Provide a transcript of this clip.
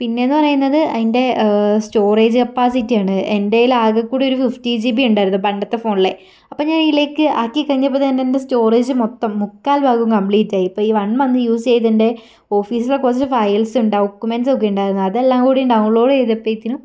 പിന്നെയെന്ന് പറയുന്നത് അതിൻ്റെ സ്റ്റോറേജ് കപ്പാസിറ്റിയാണ് എന്റേൽ ആകെ കൂടി ഒര് ഫിഫ്റ്റി ജിബി ഉണ്ടായിരുന്നു പണ്ടത്തെ ഫോണിലെ അപ്പം ഞാൻ ഇതിലേക്ക് ആക്കി കഴിഞ്ഞപ്പോൾ തന്നെ എൻ്റെ സ്റ്റോറേജ് മൊത്തം മുക്കാൽ ഭാഗവും കംപ്ലീറ്റായി ഇപ്പം ഈ വൺ മന്ത് യൂസ് ചെയ്തതിൻ്റെ ഓഫീസിലെ കുറച്ച് ഫയൽസും ഡോക്യുമെൻറ്റ്സൊക്കെ ഇണ്ടായിരുന്നു അതെല്ലാം കൂടി ഡൗൺലോഡ് ചെയ്തപ്പത്തേനും